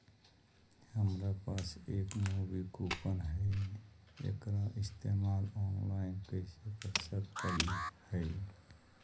हमरा पास एक मूवी कूपन हई, एकरा इस्तेमाल ऑनलाइन कैसे कर सकली हई?